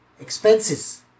expenses